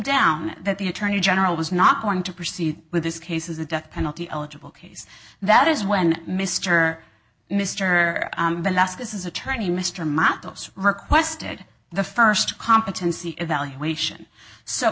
down that the attorney general was not going to proceed with this case is a death penalty eligible case that is when mr mr this is attorney mr mottos requested the first competency evaluation so